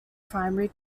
primary